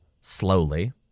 slowly